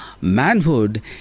manhood